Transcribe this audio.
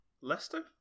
Leicester